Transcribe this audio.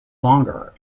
longer